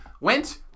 Went